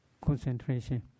concentration